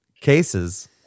cases